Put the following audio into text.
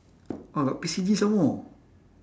!wah! got P_C_G some more